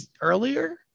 earlier